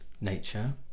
nature